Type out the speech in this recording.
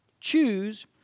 Choose